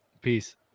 Peace